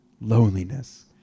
Loneliness